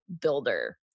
builder